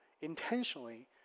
intentionally